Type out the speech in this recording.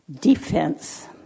Defense